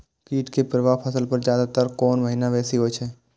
कीट के प्रभाव फसल पर ज्यादा तर कोन महीना बेसी होई छै?